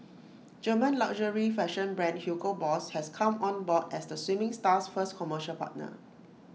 German luxury fashion brand Hugo boss has come on board as the swimming star's first commercial partner